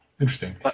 Interesting